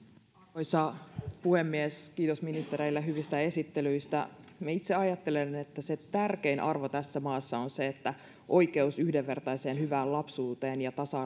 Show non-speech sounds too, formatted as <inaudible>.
arvoisa puhemies kiitos ministereille hyvistä esittelyistä minä itse ajattelen että se tärkein arvo tässä maassa on se että oikeus yhdenvertaiseen hyvään lapsuuteen ja tasa <unintelligible>